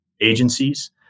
agencies